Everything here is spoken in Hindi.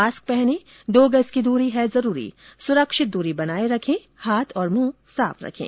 मास्क पहनें दो गज की दूरी है जरूरी सुरक्षित दूरी बनाए रखें हाथ और मुंह साफ रखें